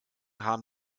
haben